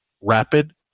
rapid